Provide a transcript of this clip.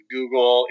Google